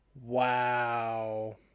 wow